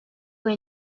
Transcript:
will